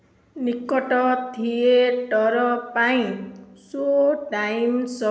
ନିକଟ ଥିଏଟର ପାଇଁ show time ସ